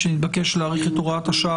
כשנתבקש להאריך את הוראת השעה,